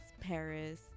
Paris